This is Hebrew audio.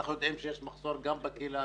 אנחנו יודעים שיש מחסור גם בקהילה,